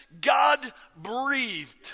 God-breathed